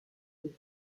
with